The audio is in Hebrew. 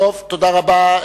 תודה רבה.